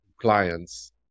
clients